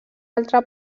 altre